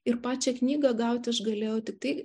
ir pačią knygą gauti aš galėjau tiktai